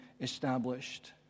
established